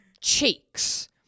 cheeks